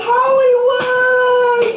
Hollywood